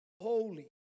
holy